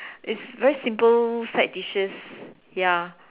is very simple side dishes ya